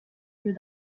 lieux